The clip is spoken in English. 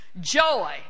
Joy